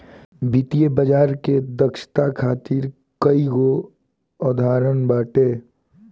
वित्तीय बाजार के दक्षता खातिर कईगो अवधारणा बा